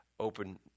Open